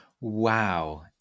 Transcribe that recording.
Wow